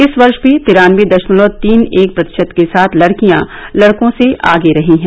इस वर्ष भी तिरान्नबे दशमलव तीन एक प्रतिशत के साथ लडकियां लडकों से आगे रही हैं